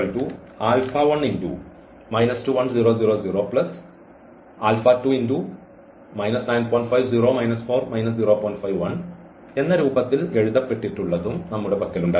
Ax 0 എന്ന സിസ്റ്റത്ത്തിൻറെ solution എന്ന രൂപത്തിൽ എഴുതപ്പെട്ടിട്ടുള്ളതും നമ്മളുടെ പക്കലുണ്ടായിരുന്നു